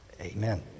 Amen